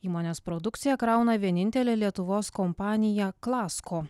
įmonės produkciją krauna vienintelė lietuvos kompanija klasko